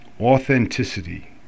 authenticity